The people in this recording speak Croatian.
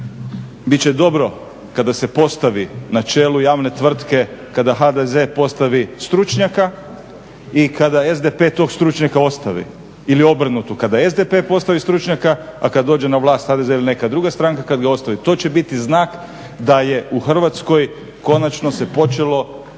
Bit će dobro kada se postavi na čelu javne tvrtke kada HDZ postavi stručnjaka i kada SDP tog stručnjaka ostavi ili obrnuto, kada SDP postavi stručnjaka a kad dođe na vlast HDZ ili neka druga stranka, kad ga ostavi, to će biti znak da je u Hrvatskoj konačno se počelo